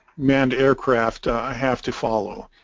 manned aircraft have to follow.